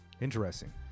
interesting